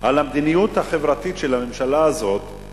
על המדיניות החברתית של הממשלה הזאת,